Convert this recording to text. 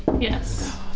Yes